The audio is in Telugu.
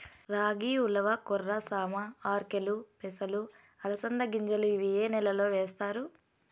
రాగి, ఉలవ, కొర్ర, సామ, ఆర్కెలు, పెసలు, అలసంద గింజలు ఇవి ఏ నెలలో వేస్తారు?